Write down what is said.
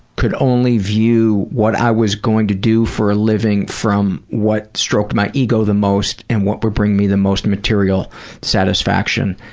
could only view what i was going to do for a living from what stroked my ego the most and what would bring me the most material satisfaction.